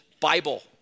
Bible